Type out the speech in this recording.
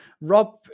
Rob